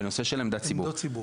בנושא של עמדות ציבור.